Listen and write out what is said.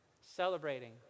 celebrating